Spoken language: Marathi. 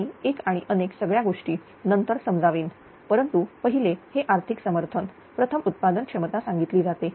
मी एक आणि अनेक सगळ्या गोष्टी नंतर समजावे परंतु पहिले हे आर्थिक समर्थनप्रथम उत्पादन क्षमता सांगितली जाते